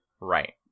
Right